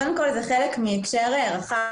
קודם כל, זה חלק מהקשר רחב.